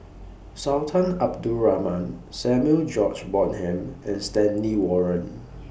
Sultan Abdul Rahman Samuel George Bonham and Stanley Warren